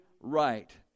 right